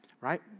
right